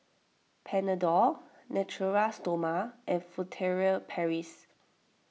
Panadol Natura Stoma and Furtere Paris